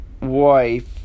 wife